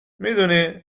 میدونی